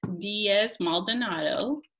Diaz-Maldonado